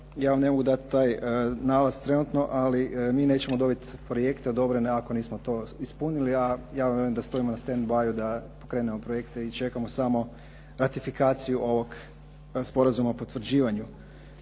ja vam ne mogu dati taj nalaz trenutno. Ali mi nećemo dobiti projekte odobrene ako nismo to ispunili, a ja velim da stojimo na stand by-ju da pokrenemo projekte i čekamo samo ratifikaciju ovog Sporazuma o potvrđivanju.